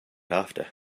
after